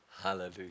Hallelujah